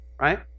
right